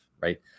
right